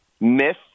myth